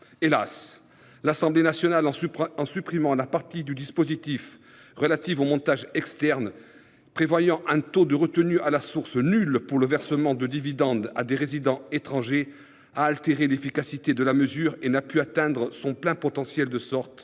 Hélas ! l'Assemblée nationale, en supprimant la partie du dispositif relatif aux montages externes, qui prévoyait un taux de retenue à la source nul pour le versement de dividendes à des résidents étrangers, a altéré l'efficacité de la mesure, qui n'a pu atteindre son plein potentiel, de sorte